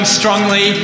strongly